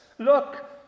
Look